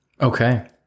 okay